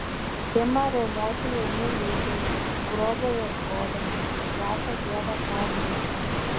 ima riaumoti jauni liūtai grobio ieškodami ir prašo dievą sau maisto